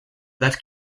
that